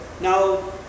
Now